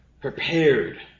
prepared